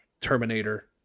Terminator